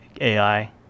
ai